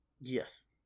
Yes